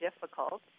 difficult